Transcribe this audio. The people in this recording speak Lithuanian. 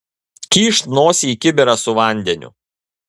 kyšt nosį į kibirą su vandeniu